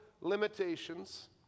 limitations